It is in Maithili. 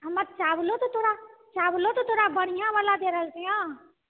हमर चावलो तऽ तोरा चावलो तऽ तोरा बढ़ियाॅं वाला दे रहल छी ने